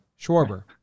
Schwarber